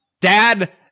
Dad